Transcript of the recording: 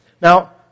Now